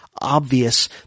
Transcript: obvious